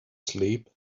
sleep